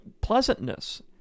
pleasantness